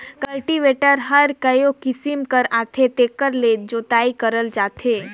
cultivator हर कयो किसम के आथे जेकर ले जोतई करल जाथे